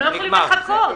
הם לא יכולים לחכות.